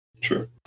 sure